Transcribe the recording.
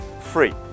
free